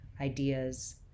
ideas